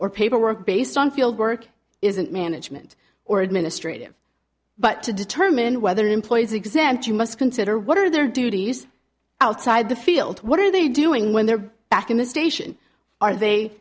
or paperwork based on field work isn't management or administrative but to determine whether employees exempt you must consider what are their duty use outside the field what are they doing when they're back in the station are they